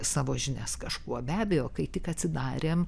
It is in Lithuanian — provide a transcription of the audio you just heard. savo žinias kažkuo be abejo kai tik atsidarėm